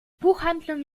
buchhandlung